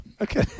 Okay